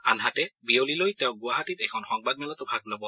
আনহাতে বিয়লিলৈ তেওঁ গুৱাহাটীত এখন সংবাদমেলতো ভাগ লব